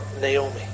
Naomi